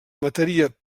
mataria